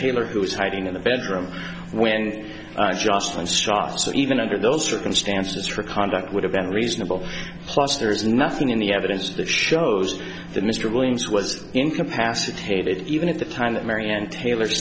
taylor who was hiding in the bedroom when just one stock so even under those circumstances for conduct would have been reasonable plus there is nothing in the evidence that shows that mr williams was incapacitated even at the time that mary ann taylor